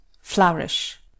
Flourish